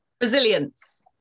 resilience